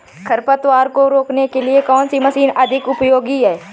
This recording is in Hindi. खरपतवार को रोकने के लिए कौन सी मशीन अधिक उपयोगी है?